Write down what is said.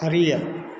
அறிய